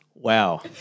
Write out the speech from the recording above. Wow